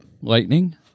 Lightning